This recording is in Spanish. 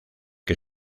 que